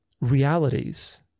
realities